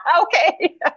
Okay